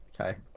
okay